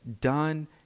done